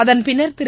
அதன் பின்னா் திரு